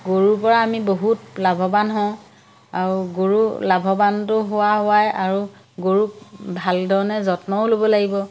গৰুৰ পৰা আমি বহুত লাভৱান হওঁ আৰু গৰু লাভৱানটো হোৱা হোৱাই আৰু গৰুক ভাল ধৰণে যত্নও ল'ব লাগিব